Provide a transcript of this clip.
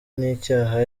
n’icyaha